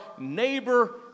neighbor